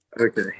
Okay